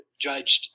judged